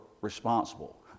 responsible